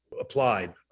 applied